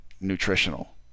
nutritional